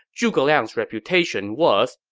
zhuge liang's reputation was,